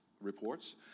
reports